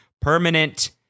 permanent